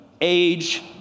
age